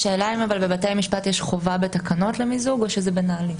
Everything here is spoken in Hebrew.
השאלה אם בבתי המשפט יש חובה בתקנות למיזוג או שזה בנהלים?